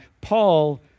Paul